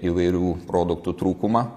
įvairių produktų trūkumą